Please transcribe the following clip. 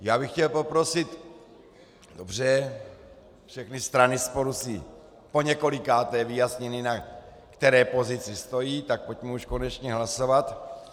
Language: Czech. Já bych chtěl poprosit dobře, všechny strany si spolu poněkolikáté vyjasnily, na které pozici stojí, tak pojďme už konečně hlasovat.